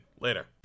Later